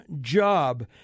job